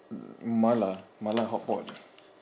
m~ mala mala hotpot